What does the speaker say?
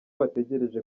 bategereje